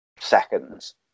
seconds